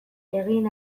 egin